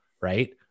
right